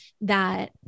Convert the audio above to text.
that-